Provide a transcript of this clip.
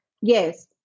Yes